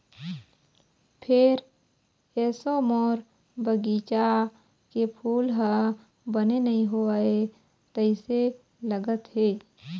फेर एसो मोर बगिचा के फूल ह बने नइ होवय तइसे लगत हे